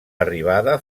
arribada